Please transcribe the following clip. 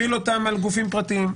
מחיל אותן על גופים פרטיים,